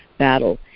battle